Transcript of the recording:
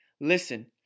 Listen